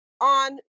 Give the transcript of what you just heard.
on